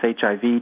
HIV